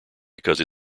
because